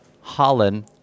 holland